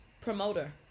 promoter